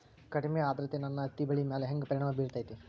ಕಡಮಿ ಆದ್ರತೆ ನನ್ನ ಹತ್ತಿ ಬೆಳಿ ಮ್ಯಾಲ್ ಹೆಂಗ್ ಪರಿಣಾಮ ಬಿರತೇತಿ?